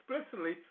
explicitly